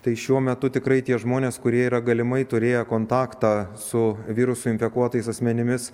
tai šiuo metu tikrai tie žmonės kurie yra galimai turėję kontaktą su virusu infekuotais asmenimis